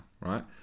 right